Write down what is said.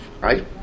right